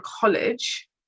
College